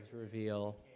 reveal